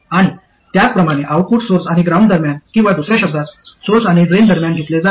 आणि त्याचप्रमाणे output source आणि ग्राउंड दरम्यान किंवा दुसऱ्या शब्दांत सोर्स आणि ड्रेन दरम्यान घेतले जाते